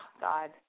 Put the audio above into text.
God